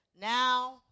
Now